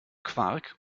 quark